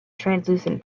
translucent